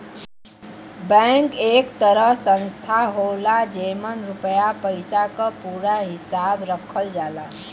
bank एक तरह संस्था होला जेमन रुपया पइसा क पूरा हिसाब रखल जाला